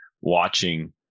watching